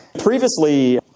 previously,